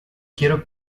quiero